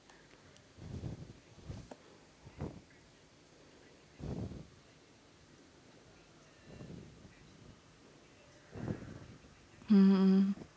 mmhmm